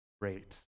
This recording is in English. great